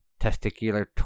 testicular